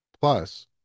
Plus